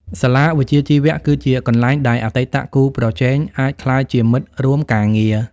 សាលាវិជ្ជាជីវៈគឺជាកន្លែងដែលអតីតគូប្រជែងអាចក្លាយជាមិត្តរួមការងារ។